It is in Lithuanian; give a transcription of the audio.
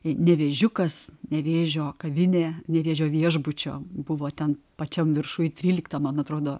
į nevėžiukas nevėžio kavinė nevėžio viešbučio buvo ten pačiam viršuj tryliktam man atrodo